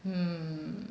hmm